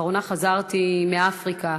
לאחרונה חזרתי מאפריקה.